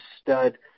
stud